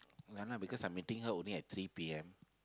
ya lah because I'm meeting her only at three P_M